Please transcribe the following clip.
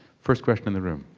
first question in the room,